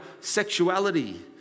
sexuality